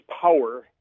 power